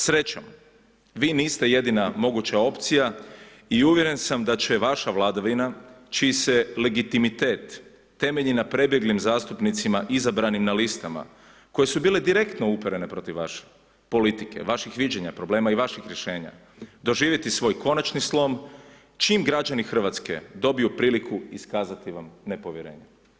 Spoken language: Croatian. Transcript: Srećom vi niste jedina moguća opcija i uvjeren sam da će vaša vladavina čiji se legitimitet temelji na prebjeglim zastupnicima izabranim na listama koje su bile direktno uperene protiv vaše politike, vaših viđenja problema i vaših rješenja, doživjeti svoj konačni slom čim građani Hrvatske dobiju priliku iskazati vam nepovjerenje.